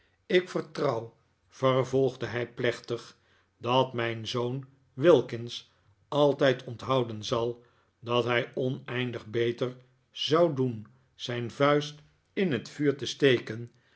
ik vertrouw vervolgde hij plechtig dat mijn zoon wilkins altijd onthouden zal dat hij oneindig beter zou doen zijn vuist in het vuur te steken